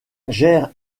gère